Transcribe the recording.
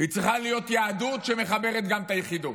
צריכה להיות יהדות שמחברת גם את היחידות.